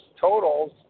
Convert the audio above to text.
totals